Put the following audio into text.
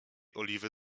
oliwy